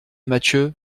mathieu